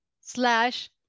slash